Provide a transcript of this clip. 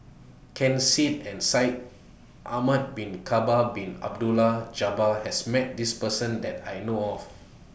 Ken Seet and Shaikh Ahmad Bin Bakar Bin Abdullah Jabbar has Met This Person that I know of